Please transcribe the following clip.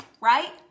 right